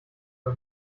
man